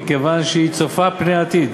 מכיוון שהיא צופה פני עתיד